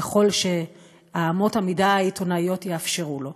ככל שאמות המידה העיתונאיות יאפשרו לו.